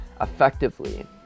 effectively